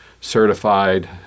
certified